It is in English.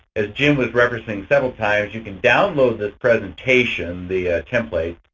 as jim was referencing several times, you can download this presentation, the templates,